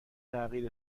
تغییر